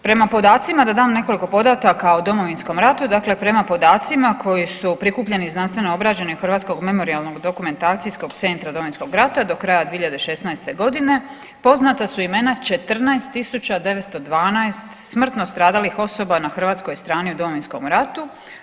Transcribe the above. Prema podacima da dam nekoliko podataka o Domovinskom ratu, dakle prema podacima koji su prikupljeni i znanstveno obrađeni od Hrvatskog memorijalnog dokumentacijskog centra Domovinskog rata do 2016. godine poznata su imena 14 tisuća 912 smrtno stradalih osoba na hrvatskoj strani u Domovinskom ratu.